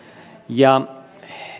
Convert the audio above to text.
ja